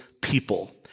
people